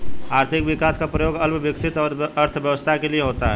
आर्थिक विकास का प्रयोग अल्प विकसित अर्थव्यवस्था के लिए होता है